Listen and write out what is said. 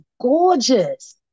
gorgeous